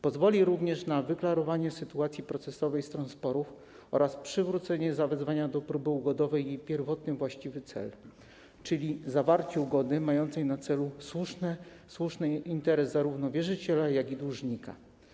Pozwoli również na wyklarowanie sytuacji procesowej stron sporów oraz przywróci zawezwaniu do próby ugodowej jej pierwotny właściwy cel, czyli zawarcie ugody, mając na celu słuszny interes zarówno wierzyciela, jak i dłużnika.